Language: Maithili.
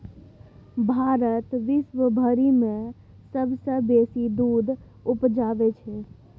भारत विश्वभरि मे सबसँ बेसी दूध उपजाबै छै